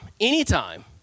anytime